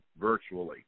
virtually